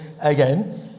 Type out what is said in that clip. again